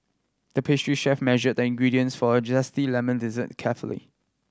the pastry chef measured the ingredients for a zesty lemon dessert carefully